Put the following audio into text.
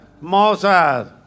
Moses